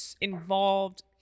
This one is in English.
involved